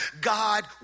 God